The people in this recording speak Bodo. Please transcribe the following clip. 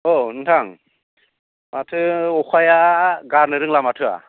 औ नोंथां माथो अखाया गारनो रोंला माथो